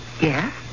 Yes